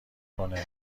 کنه